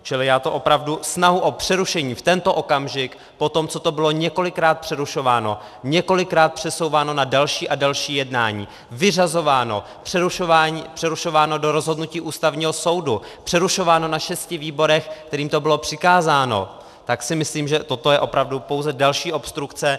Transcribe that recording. Čili já to opravdu snahu o přerušení v tento okamžik, potom, co to bylo několikrát přerušováno, několikrát přesouváno na další a další jednání, vyřazováno, přerušováno do rozhodnutí Ústavního soudu, přerušováno na šesti výborech, kterým to bylo přikázáno, tak si myslím, že toto je opravdu pouze další obstrukce.